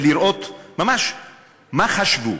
ולראות ממש מה חשבו.